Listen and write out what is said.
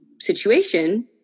situation